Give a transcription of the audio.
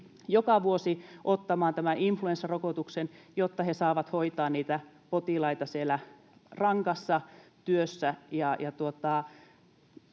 joka vuosi, ottamaan tämän influenssarokotuksen, jotta he saavat hoitaa niitä potilaita siellä rankassa työssä.